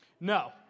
No